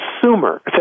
consumer